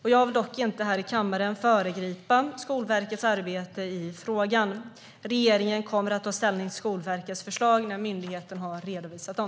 Jag vill dock inte här i kammaren föregripa Skolverkets arbete i frågan. Regeringen kommer att ta ställning till Skolverkets förslag när myndigheten har redovisat dem.